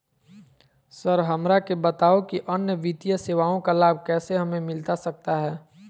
Sir हमरा के बताओ कि अन्य वित्तीय सेवाओं का लाभ कैसे हमें मिलता सकता है?